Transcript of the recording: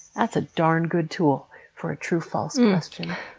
that's a darn good tool for a true false question.